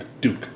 duke